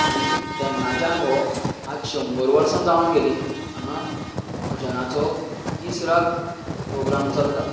आनी तेन्नाच्यान हो आयज शंबर वर्सा जावन गेली हांगा भजनाचो दीस रात प्रोग्राम चलता